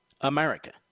America